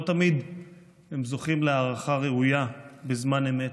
לא תמיד הם זוכים להערכה ראויה בזמן אמת.